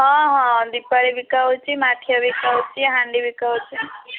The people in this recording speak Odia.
ହଁ ହଁ ଦୀପାଳି ବିକା ହେଉଛି ମାଠିଆ ବିକା ହେଉଛି ହାଣ୍ଡି ବିକା ହେଉଛି